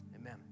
Amen